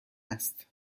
است